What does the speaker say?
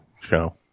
show